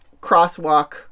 crosswalk